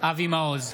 אבי מעוז,